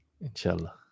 Inshallah